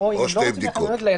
-- או אם לא רוצים ללכת למלונית,